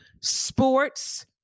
sports